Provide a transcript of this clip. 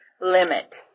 Limit